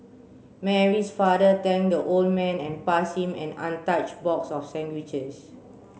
Mary's father thanked the old man and pass him an untouched box of sandwiches